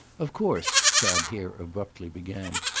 of course, chad here abruptly began,